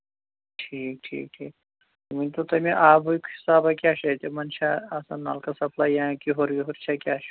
ٹھیٖک ٹھیٖک ٹھیٖک ؤنۍتَو تُہۍ مےٚ آبٕکۍ حِساباہ کیٛاہ چھِ اَتہِ یِمَن چھا آسان نَلکہٕ سَپلاے یا کِہُر وِہُر چھا کیٛاہ چھُ